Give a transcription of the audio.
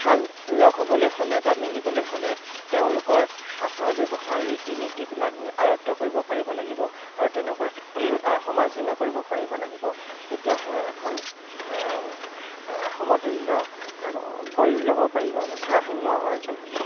লগ হ'বলৈ হ'লে বা মিলিবলৈ হ'লে তেওঁলোকৰ আচাৰ ব্যৱহাৰ ৰীতি নীতিবিলাক আয়ত্ত কৰিব পাৰিব লাগিব আৰু তেনেকুৱা সমালোচনা কৰিব পাৰিব লাগিব তেতিয়াহে এখন সমতুল্য কৰি ল'ব পাৰিব ভাৰসাম্য অৰ্জন হ'ব